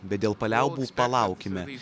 bet dėl paliaubų palaukime ir